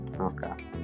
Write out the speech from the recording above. Okay